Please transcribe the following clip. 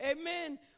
Amen